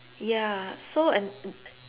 ya so